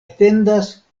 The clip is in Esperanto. atendas